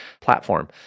platform